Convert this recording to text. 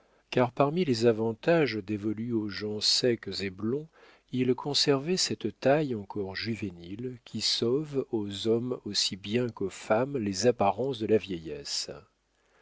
car parmi les avantages dévolus aux gens secs et blonds il conservait cette taille encore juvénile qui sauve aux hommes aussi bien qu'aux femmes les apparences de la vieillesse